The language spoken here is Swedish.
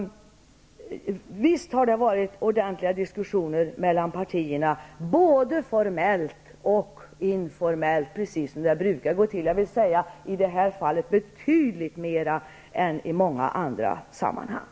Visst har det varit ordentliga diskussioner mellan partierna, både formellt och informellt, precis så som det brukar gå till -- i det här fallet betydligt mera än i många andra sammanhang.